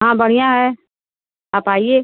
हाँ बढ़िया है आप आइए